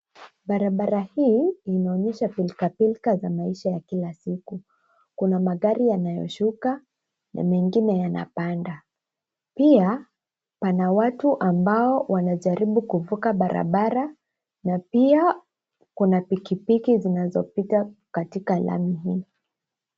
Barabara hii inaonyesha pilka pilka za maisha ya kila siku. Kuna magari yanayoshuka na mingine yanapanda. Pia pana watu ambao wanajaribu kuvuka barabara, na pia kuna pikipiki zinazopita katika lami hii.